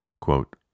Quote